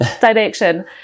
direction